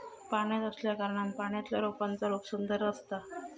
पाण्यात असल्याकारणान पाण्यातल्या रोपांचा रूप सुंदर असता